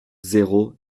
zéro